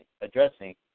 addressing